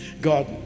God